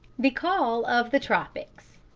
the call of the tropics.